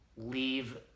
leave